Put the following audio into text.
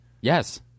Yes